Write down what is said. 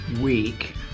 week